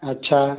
अच्छा